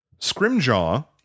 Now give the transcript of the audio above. Scrimjaw